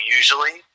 usually